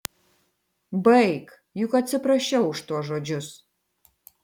baik juk atsiprašiau už tuos žodžius